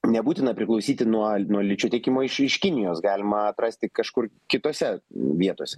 nebūtina priklausyti nuo nuo ličio tiekimo iš iš kinijos galima atrasti kažkur kitose vietose